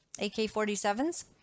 AK-47s